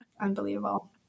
Unbelievable